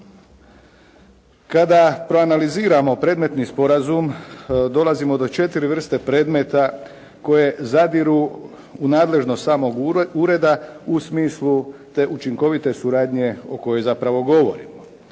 Kada proanaliziramo predmetni sporazum dolazimo do 4 vrste predmeta koje zadiru u nadležnost samog ureda u smislu te učinkovite suradnje o kojoj zapravo govorimo.